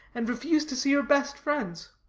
and refused to see her best friends.